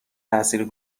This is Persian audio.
تاثیر